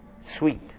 sweet